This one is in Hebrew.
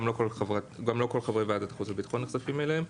גם לא כל חברי ועדת חוץ וביטחון נחשפים אליהם.